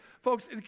Folks